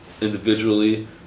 individually